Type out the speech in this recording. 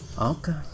Okay